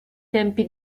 tempi